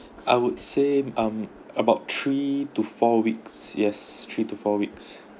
I would say um about three to four weeks yes three to four weeks